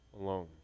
alone